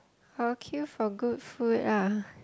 I will queue for good food lah